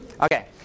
Okay